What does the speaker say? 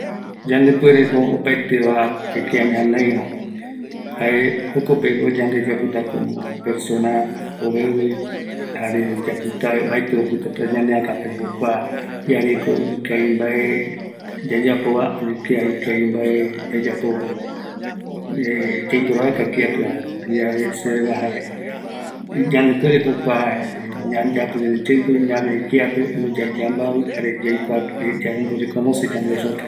Kuako arakua ikavigueva, ñaneɨro vaera kiape, yaikuayave yambaavɨ, jare jupia kiape mbae yayapova, kua gueru yandeve yerovia, jare yaekɨ ñaneaka gui kua teko pisɨi va